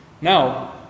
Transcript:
Now